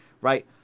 right